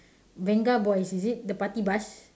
venga boys is it the party bus